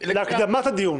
הקדמת הדיון.